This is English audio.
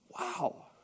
Wow